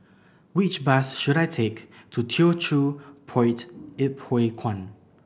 which bus should I take to Teochew Poit Ip Huay Kuan